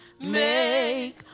make